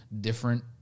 different